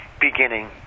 beginning